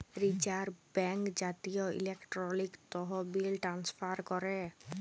reserve bank জাতীয় electronic তহবিল transfer ক্যরে